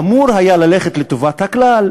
שאמור היה ללכת לטובת הכלל,